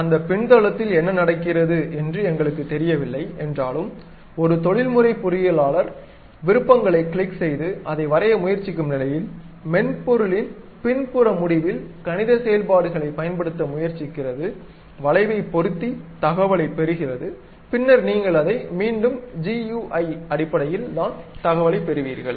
அந்த பின்தளத்தில் என்ன நடக்கிறது என்று எங்களுக்குத் தெரியவில்லை என்றாலும் ஒரு தொழில்முறை பொறியியலாளர் விருப்பங்களை கிளிக் செய்து அதை வரைய முயற்சிக்கும் நிலையில் மென்பொருளின் பின்புற முடிவில் கணித செயல்பாடுகளைப் பயன்படுத்த முயற்சிக்கிறது வளைவைப் பொருத்தி தகவலைப் பெறுகிறது பின்னர் நீங்கள் அதை மீண்டும் GUI அடிப்படையில் தான் தகவலை பெறுவீர்கள்